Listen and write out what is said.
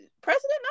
president